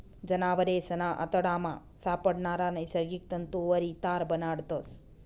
जनावरेसना आतडामा सापडणारा नैसर्गिक तंतुवरी तार बनाडतस